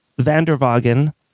Vanderwagen